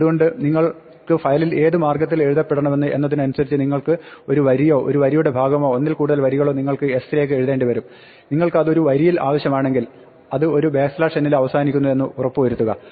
അതുകൊണ്ട് നിങ്ങൾക്ക് ഫയലിൽ ഏത് മാർഗ്ഗത്തിൽ എഴുതപ്പെടണമെന്ന് എന്നതിനനുസരിച്ച് നിങ്ങൾക്ക് ഒരു വരിയോ ഒരു വരിയുടെ ഭാഗമോ ഒന്നിൽ കൂടുതൽ വരികളോ നിങ്ങൾക്ക് s ലേക്ക് എഴുതേണ്ടി വരും നിങ്ങൾക്ക് അത് ഒരു വരിയിൽ ആവശ്യമാണെങ്കിൽ അത് ഒരു n ൽ അവസാനിക്കുന്നു എന്ന് ഉറപ്പ് വരുത്തുക